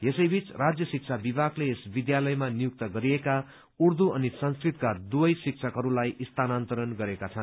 यसैबीच राज्य शिक्षा विभागले यस विद्यालयमा नियुक्त गरिएका उर्दू अनि संस्कृतका दुवै शिक्षकहरूलाई स्थानन्तरण गरेका छन्